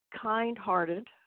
kind-hearted